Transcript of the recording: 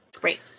Great